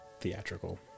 theatrical